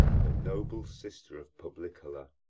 the noble sister of publicola,